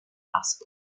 asked